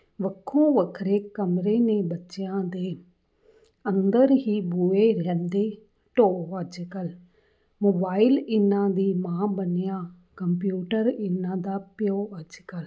ਵੱਖੋ ਵੱਖਰੇ ਕਮਰੇ ਨੇ ਬੱਚਿਆਂ ਦੇ ਅੰਦਰ ਹੀ ਬੂਹੇ ਰਹਿੰਦੇ ਢੋਹ ਅੱਜ ਕੱਲ੍ਹ ਮੋਬਾਈਲ ਇਹਨਾਂ ਦੀ ਮਾਂ ਬਣਿਆ ਕੰਪਿਊਟਰ ਇਹਨਾਂ ਦਾ ਪਿਓ ਅੱਜ ਕੱਲ੍ਹ